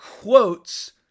quotes